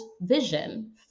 vision